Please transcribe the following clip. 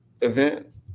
event